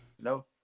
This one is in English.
No